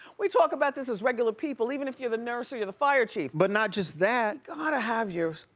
we talk about this as regular people, even if you're the nurse, or you're the fire chief. but not just that. you gotta have yours.